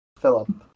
Philip